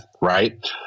right